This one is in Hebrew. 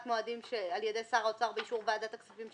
מועדים על ידי שר האוצר באישור ועדת הכספים,